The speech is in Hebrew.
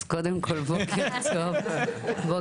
אז קודם כל בוקר טוב לכולם,